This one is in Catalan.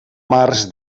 març